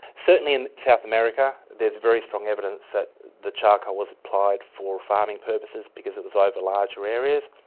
certainly in south america there is very strong evidence that the charcoal was applied for farming purposes because it was over larger areas,